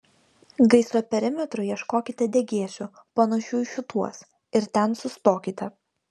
gaisro perimetru ieškokite degėsių panašių į šituos ir ten sustokite